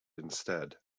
instead